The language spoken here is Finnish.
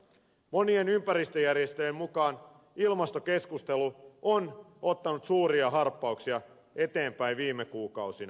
monien ympäristöjärjestöjen mukaan ilmastokeskustelu on ottanut suuria harppauksia eteenpäin viime kuukausina